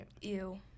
Ew